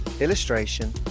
illustration